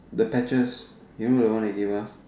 the patches you know the one they give us